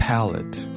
Palette